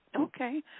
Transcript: Okay